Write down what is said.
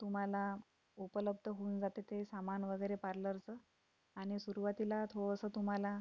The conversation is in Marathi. तुम्हाला उपलब्ध होऊन जाते ते सामान वगैरे पार्लरचं आणि सुरुवातीला थोडंसं तुम्हाला